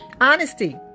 Honesty